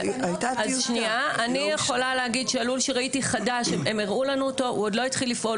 אני יכולה להגיד שהלול החדש שראיתי עוד לא התחיל לפעול.